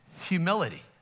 humility